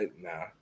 nah